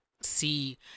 see